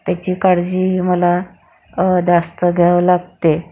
त्याची काळजी मला जास्त घ्यावं लागते